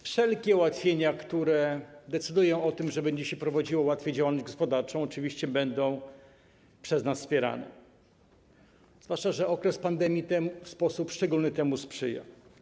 Wszelkie ułatwienia, które decydują o tym, że łatwiej będzie się prowadziło działalność gospodarczą, oczywiście będą przez nas popierane, zwłaszcza że okres pandemii w sposób szczególny temu sprzyja.